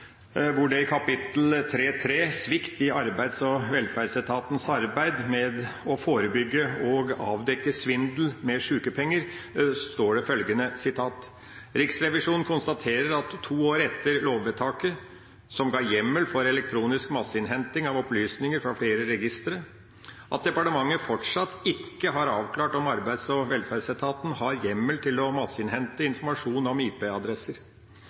Svikt i arbeids- og velferdsetatens arbeid med å forebygge og avdekke svindel med sykepenger, står det følgende: «Riksrevisjonen konstaterer at to år etter lovvedtaket», som ga hjemmel for elektronisk masseinnhenting av opplysninger fra flere registre, «har departementet fortsatt ikke avklart om arbeids- og velferdsetaten har hjemmel til å masseinnhente informasjon om